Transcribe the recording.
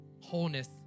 Wholeness